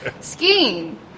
Skiing